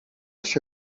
się